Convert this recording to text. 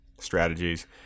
strategies